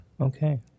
Okay